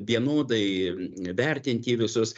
vienodai vertinti visus